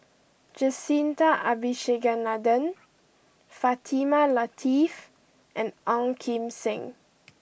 Jacintha Abisheganaden Fatimah Lateef and Ong Kim Seng